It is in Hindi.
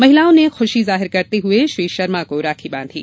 महिलाओं ने ख्रशी जाहिर करते हुए श्री शर्मा को राखी बांधी